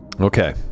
Okay